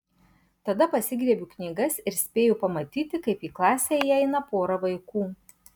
tada pasigriebiu knygas ir spėju pamatyti kaip į klasę įeina pora vaikų